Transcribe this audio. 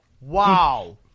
Wow